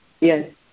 Yes